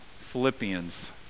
Philippians